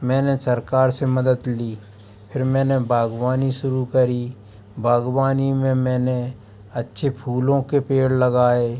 मैंने सरकार से मदद ली फिर मैंने बाग़बानी शुरू करी बाग़बानी में मैंने अच्छे फूलों के पेड़ लगाए